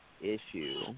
issue